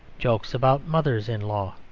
jokes about mothers-in-law,